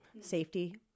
safety